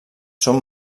són